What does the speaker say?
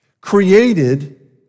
created